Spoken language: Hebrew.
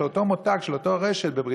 של אותו מותג בבריטניה,